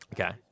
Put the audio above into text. Okay